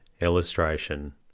Illustration